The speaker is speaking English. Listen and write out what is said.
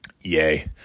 Yay